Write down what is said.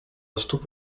stóp